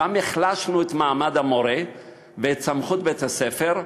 החלשנו את מעמד המורה ואת סמכות בית-הספר.